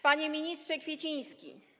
Panie ministrze Kwieciński!